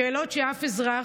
שאלות שאף אזרח,